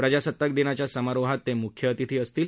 प्रजासत्ताक दिनाच्या समारोहात ते म्ख्य अतिथी असतील